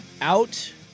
out